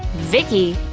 vicki.